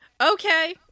Okay